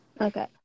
Okay